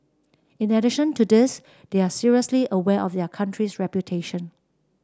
in addition to this they are seriously aware of their country's reputation